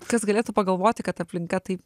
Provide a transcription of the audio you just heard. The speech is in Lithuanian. kas galėtų pagalvoti kad aplinka taip